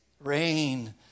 Rain